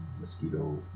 mosquito